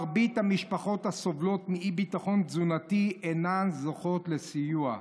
מרבית המשפחות הסובלות מאי-ביטחון תזונתי אינן זוכות לסיוע.